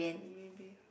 maybe